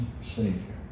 Savior